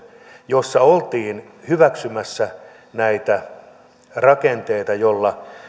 jossa oltiin hyväksymässä näitä rakenteita joilla